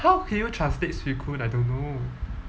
how can you translate swee koon I don't know